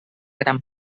gran